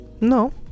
No